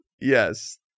Yes